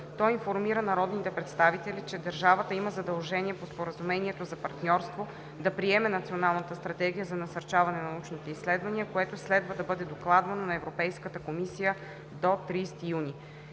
Той информира народните представители, че държавата има задължение по Споразумението за партньорство да приеме Националната стратегия за насърчаване на научните изследвания, което следва да бъде докладвано на Европейската комисия до 30 юни.